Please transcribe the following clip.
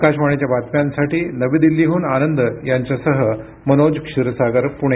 आकाशवाणीच्या बातम्यांसाठी नवी दिल्लीहून आनंद यांच्यासह मनोज क्षीरसागर पुणे